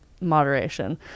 moderation